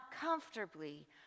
comfortably